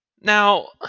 Now